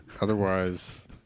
otherwise